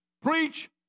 Preach